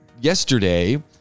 yesterday